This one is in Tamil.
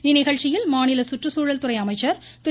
இந்நிகழ்ச்சியில் மாநில குற்றுச்சூழல் துறை அமைச்சர் திரு